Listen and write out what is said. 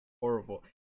horrible